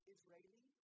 Israeli